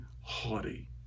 haughty